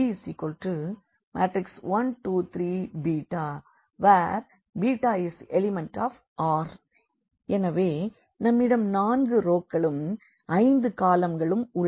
b1 2 3 ∈R எனவே நம்மிடம் 4 ரோக்களும் 5 காலம்களும் உள்ளன